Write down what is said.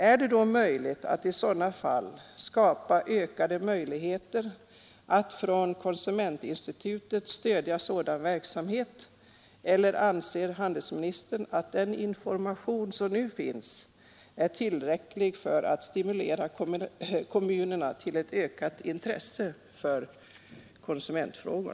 Är det då möjligt att i sådana fall skapa ökade möjligheter att från konsumentinstitutet stödja sådan verksamhet eller anser handelsministern att den information som nu finns är tillräcklig för att stimulera kommunerna till ett ökat intresse för konsumentfrågor?